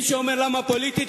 מי שאומר "למה פוליטית",